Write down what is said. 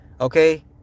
okay